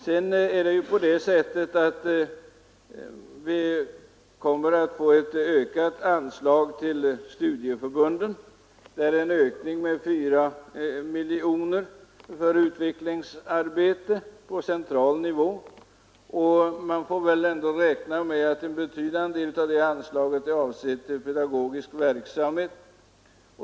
Dessutom kommer studieförbunden att få ett med 4 miljoner kronor ökat anslag, för utvecklingsarbete på central nivå, och man kan väl räkna med att en betydande del av detta anslag är avsett för pedagogisk verksamhet.